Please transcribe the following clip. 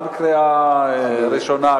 גם קריאה ראשונה,